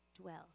dwells